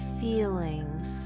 feelings